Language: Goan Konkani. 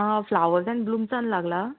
आं फ्लावर्स एंड ब्लुम्सान लागला